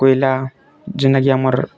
କୋଇଲା ଯେନେ କି ଆମର